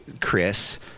Chris